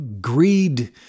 Greed